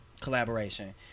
collaboration